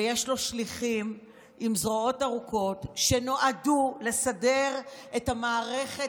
ויש לו שליחים עם זרועות ארוכות שנועדו לסדר את המערכת